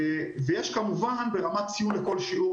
יש, כמובן, ברמת ציון לכל שיעור.